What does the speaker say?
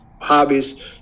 hobbies